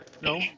No